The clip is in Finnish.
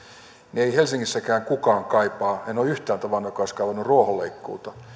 niin ei helsingissäkään kukaan kaipaa en ole yhtään tavannut joka olisi kaivannut ruohonleikkuuta